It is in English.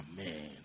Amen